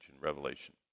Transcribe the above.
Revelation